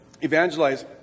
evangelize